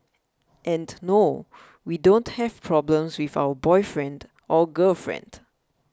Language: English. and no we don't have problems with our boyfriend or girlfriend